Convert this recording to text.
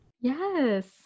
yes